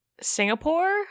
Singapore